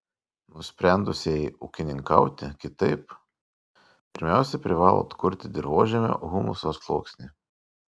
nusprendusieji ūkininkauti kitaip pirmiausia privalo atkurti dirvožemio humuso sluoksnį